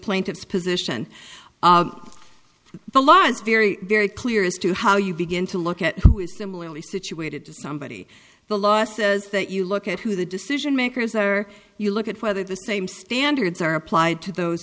plaintiff's position the law is very very clear as to how you begin to look at who is similarly situated to somebody the law says that you look at who the decision makers are you look at whether the same standards are applied to those